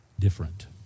Different